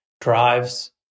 drives